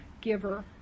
giver